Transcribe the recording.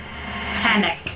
panic